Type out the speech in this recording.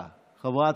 והרווחה.